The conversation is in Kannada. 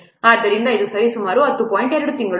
2 ತಿಂಗಳುಗಳು